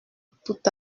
tout